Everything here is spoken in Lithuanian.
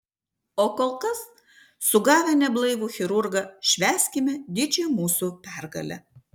o kol kas sugavę neblaivų chirurgą švęskime didžią mūsų pergalę